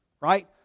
Right